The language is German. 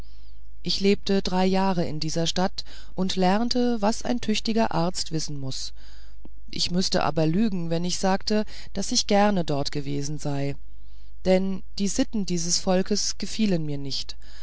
ich lebte drei jahre in dieser stadt und lernte was ein tüchtiger arzt wissen muß ich müßte aber lügen wenn ich sagte daß ich gerne dort gewesen sei denn die sitten dieses volkes gefielen mir nicht